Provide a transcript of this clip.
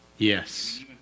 Yes